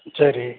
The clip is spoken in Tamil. சரி